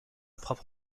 propre